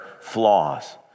flaws